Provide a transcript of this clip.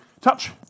Touch